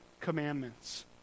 commandments